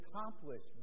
accomplished